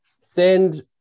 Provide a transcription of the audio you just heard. send